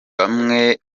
bamwe